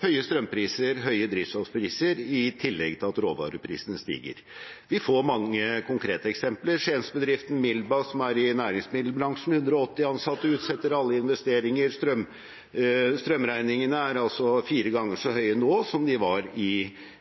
høye strømpriser og høye drivstoffpriser, i tillegg til at råvareprisene stiger. Vi får mange konkrete eksempler: Skiensbedriften Millba, som er i næringsmiddelbransjen og har 180 ansatte, utsetter alle investeringer. Strømregningene er altså fire ganger så høye nå som de var i